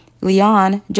Leon